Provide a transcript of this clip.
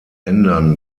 ändern